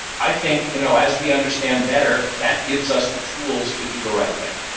i think you know as we understand better, that gives us the tools to do the right thing.